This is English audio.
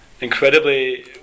incredibly